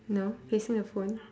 no facing the phone